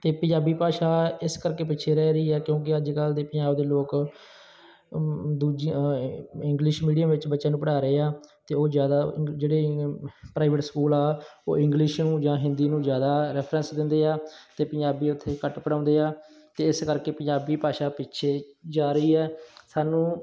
ਅਤੇ ਪੰਜਾਬੀ ਭਾਸ਼ਾ ਇਸ ਕਰਕੇ ਪਿੱਛੇ ਰਹਿ ਰਹੀ ਹੈ ਕਿਉਂਕਿ ਅੱਜ ਕੱਲ੍ਹ ਦੀ ਪੰਜਾਬ ਦੇ ਲੋਕ ਦੂਜਾ ਇੰਗਲਿਸ਼ ਮੀਡੀਅਮ ਵਿੱਚ ਬੱਚਿਆਂ ਨੂੰ ਪੜ੍ਹਾ ਰਹੇ ਆ ਅਤੇ ਉਹ ਜ਼ਿਆਦਾ ਜਿਹੜੇ ਪ੍ਰਾਈਵੇਟ ਸਕੂਲ ਆ ਉਹ ਇੰਗਲਿਸ਼ ਨੂੰ ਜਾਂ ਹਿੰਦੀ ਨੂੰ ਜ਼ਿਆਦਾ ਰੈਫਰੈਂਸ ਦਿੰਦੇ ਆ ਅਤੇ ਪੰਜਾਬੀ ਉੱਥੇ ਘੱਟ ਪੜ੍ਹਾਉਂਦੇ ਆ ਅਤੇ ਇਸ ਕਰਕੇ ਪੰਜਾਬੀ ਭਾਸ਼ਾ ਪਿੱਛੇ ਜਾ ਰਹੀ ਹੈ ਸਾਨੂੰ